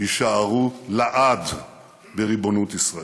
יישארו לעד בריבונות ישראל.